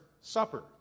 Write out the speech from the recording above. Supper